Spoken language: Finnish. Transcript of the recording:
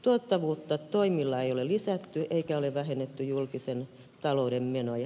tuottavuutta toimilla ei ole lisätty eikä ole vähennetty julkisen talouden menoja